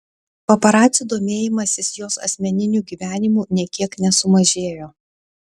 paparacių domėjimasis jos asmeniniu gyvenimu nė kiek nesumažėjo